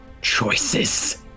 choices